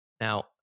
Now